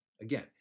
Again